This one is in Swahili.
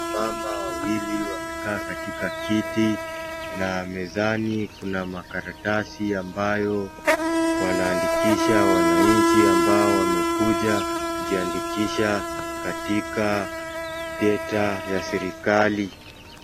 Wamama wawili wamekaa katika kiti na mezani Kuna makaratasi ambayo wanaandikisha wananchi ambao wamekuja kujiandikisha katika sekta ya serikali